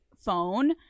phone